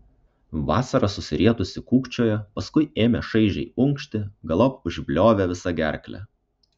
vasara susirietusi kūkčiojo paskui ėmė šaižiai unkšti galop užbliovė visa gerkle